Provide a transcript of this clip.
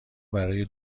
برای